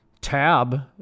tab